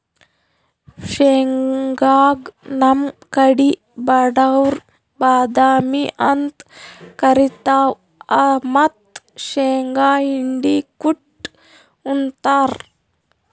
ಶೇಂಗಾಗ್ ನಮ್ ಕಡಿ ಬಡವ್ರ್ ಬಾದಾಮಿ ಅಂತ್ ಕರಿತಾರ್ ಮತ್ತ್ ಶೇಂಗಾ ಹಿಂಡಿ ಕುಟ್ಟ್ ಉಂತಾರ್